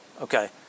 Okay